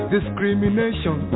Discrimination